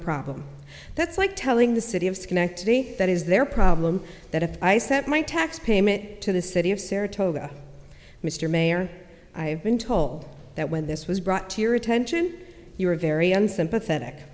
problem that's like telling the city of schenectady that is their problem that if i set my tax payment to the city of saratoga mr mayor i been told that when this was brought to your attention you were very unsympathetic